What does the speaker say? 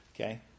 okay